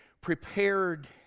prepared